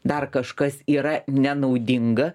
dar kažkas yra nenaudinga